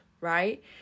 right